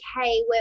Okay